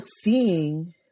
seeing